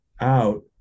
out